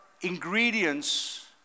ingredients